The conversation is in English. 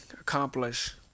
accomplish